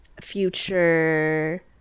future